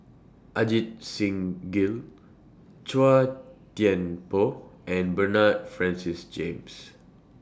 Ajit Singh Gill Chua Thian Poh and Bernard Francis James